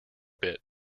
bit